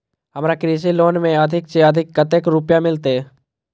हमरा कृषि लोन में अधिक से अधिक कतेक रुपया मिलते?